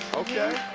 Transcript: okay.